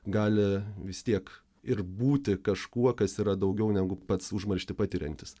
gali vis tiek ir būti kažkuo kas yra daugiau negu pats užmarštį patiriantis